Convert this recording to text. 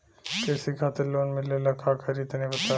कृषि खातिर लोन मिले ला का करि तनि बताई?